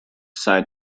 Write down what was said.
side